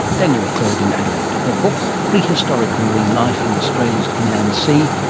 danielle clode in adelaide. her book, prehistoric marine life in australia's inland sea,